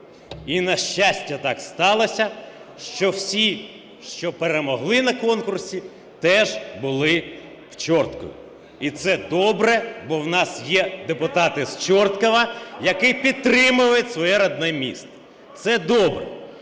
І, на щастя, так сталося, що всі, що перемогли на конкурсі, теж були в Чорткові. І це добре, бо в нас є депутати з Чорткова, які підтримують своє рідне місто. Це добре.